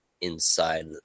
inside